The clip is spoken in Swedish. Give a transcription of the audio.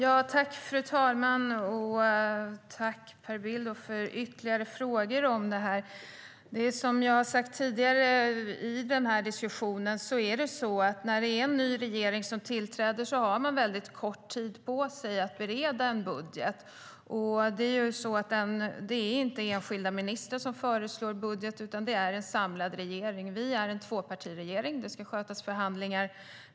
Fru talman! Jag vill tacka Per Bill för ytterligare frågor. Som jag har sagt tidigare har en ny regering väldigt kort tid på sig att bereda en budget. Och det är inte enskilda ministrar som föreslår en budget, utan det är en samlad regering. Vi är en tvåpartiregering. De två partierna ska förhandla.